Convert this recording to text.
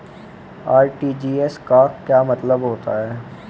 RTGS का क्या मतलब होता है?